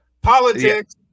Politics